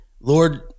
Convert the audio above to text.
Lord